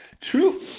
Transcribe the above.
true